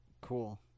Cool